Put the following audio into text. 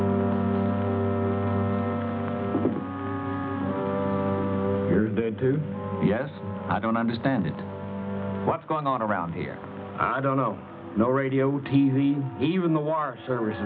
on the do yes i don't understand it what's going on around here i don't know no radio t v even the wire service